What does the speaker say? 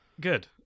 good